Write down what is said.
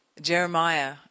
Jeremiah